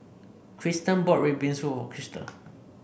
Krysten bought red bean soup Kristal